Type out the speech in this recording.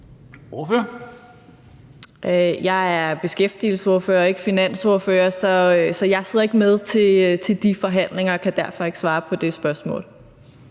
Jeg er beskæftigelsesordfører og ikke finansordfører, så jeg sidder ikke med i de forhandlinger og kan derfor ikke svare på det spørgsmål.